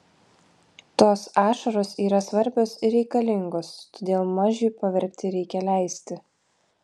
tos ašaros yra svarbios ir reikalingos todėl mažiui paverkti reikia leisti